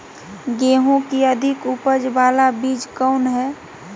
गेंहू की अधिक उपज बाला बीज कौन हैं?